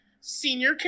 Senior